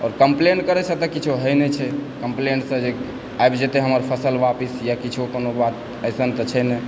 आओर कम्प्लेन करइसे तऽ किछु होइ नहि छै कम्प्लेनसँ जे आबि जेतय हमर फसल आपस या किछु कोनो आपस एसन तऽ छै नहि